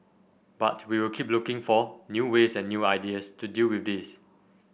but we will keep looking for new ways and new ideas to deal with this